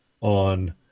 on